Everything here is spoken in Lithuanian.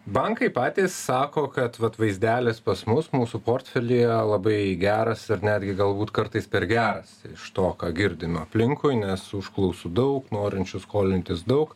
bankai patys sako kad vat vaizdelis pas mus mūsų portfelyje labai geras ir netgi galbūt kartais per geras iš to ką girdim aplinkui nes užklausų daug norinčių skolintis daug